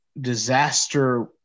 disaster